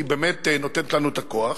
היא באמת נותנת לנו את הכוח,